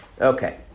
Okay